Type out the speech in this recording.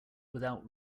without